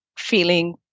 Feeling